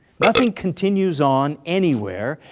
nothing continues on anywhere,